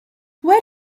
where